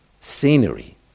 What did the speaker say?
scenery